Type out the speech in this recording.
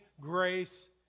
grace